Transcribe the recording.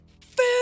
food